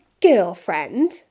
girlfriend